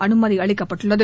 அனுமதி அளிக்கப்பட்டுள்ளது